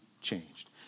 changed